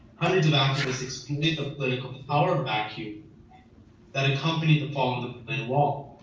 hundreds of activists exploited the the political power vacuum that accompanied the fall of the berlin wall,